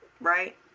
right